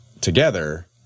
together